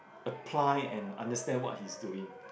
apply and understand what he's doing